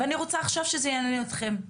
ואני רוצה עכשיו שזה יעניין אתכם.